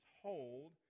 hold